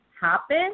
happen